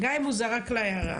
גם אם הוא זרק לה הערה.